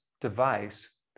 device